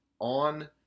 on